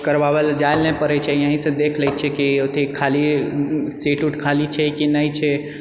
करबाबै लए जाए लऽ नहि पड़ैत छै इएहसँ देखि लए छिऐ कि अथी खाली सीट उट खाली छै कि नहि छै